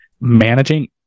managing